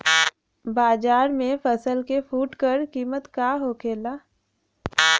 बाजार में फसल के फुटकर कीमत का होखेला?